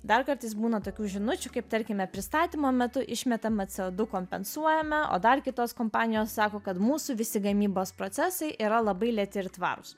dar kartais būna tokių žinučių kaip tarkime pristatymo metu išmetamą co du kompensuojame o dar kitos kompanijos sako kad mūsų visi gamybos procesai yra labai lėti ir tvarūs